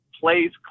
plays